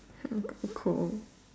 I'm too cold